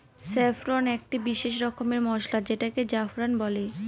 saffron একটি বিশেষ রকমের মসলা যেটাকে জাফরান বলে